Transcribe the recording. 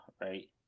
right